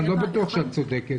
אני לא בטוח שאת צודקת.